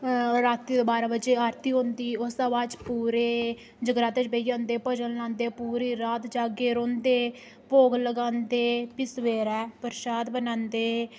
रातीं दे बारां बजे आरती होंदी उसदे बाद च पूरे जगराते च बेही जंदे भजन लांदे पूरे रात जागै दे रौंह्दे भोग लगांदे फ्ही सवेरै प्रसाद बनांदे